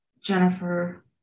Jennifer